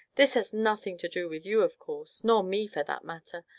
this has nothing to do with you, of course, nor me, for that matter,